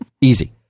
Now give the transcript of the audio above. easy